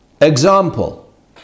Example